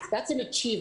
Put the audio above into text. זה הישג.